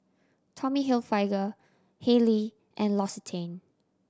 Tommy Hilfiger Haylee and L'Occitane